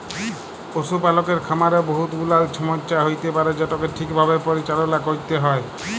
পশুপালকের খামারে বহুত গুলাল ছমচ্যা হ্যইতে পারে যেটকে ঠিকভাবে পরিচাললা ক্যইরতে হ্যয়